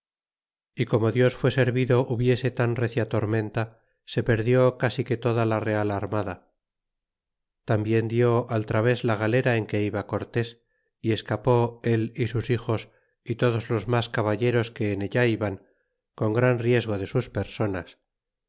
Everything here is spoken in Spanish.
y como dios fué servido hubiese tan recia tormenta se perdió casi que toda la real armada tambien dió al traves la galera en que iba cortés y escapó él y sus hijos y todos los mas caballeros que en ella iban con gran riesgo de sus personas